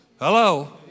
Hello